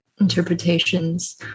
interpretations